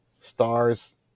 stars